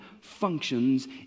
functions